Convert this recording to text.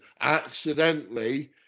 accidentally